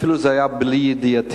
זה אפילו היה בלי ידיעתי.